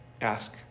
ask